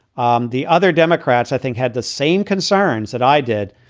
um the other democrats, i think, had the same concerns that i did.